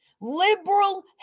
liberal